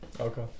Okay